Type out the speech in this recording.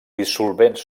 dissolvents